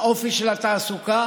לאופי של התעסוקה.